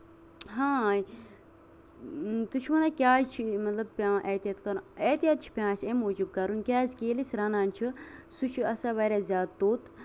ہاں تُہۍ چھِو وَنان کیازِ چھُ پیوان یہِ مطلب اَحتِیاط کَرُن اَحتِیاط چھُ پیوان اَسہِ اَمہِ موٗجوٗب کَرُن کیازِ کہِ ییٚلہِ أسۍ رَنان چھُ سُہ چھُ آسان واریاہ زیادٕ توٚت